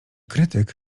krytyk